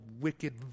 wicked